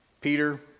Peter